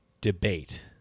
debate